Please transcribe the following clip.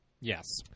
Yes